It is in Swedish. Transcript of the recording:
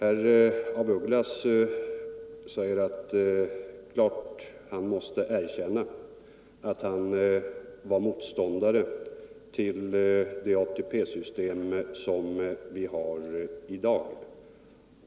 Herr af Ugglas säger att han måste erkänna att han var motståndare till det ATP-system vi har i dag.